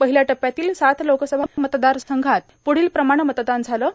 पहिल्या टप्प्यातील सात लोकसभा मतदारसंघात प्ढीलप्रमाण मतदान झालं आहे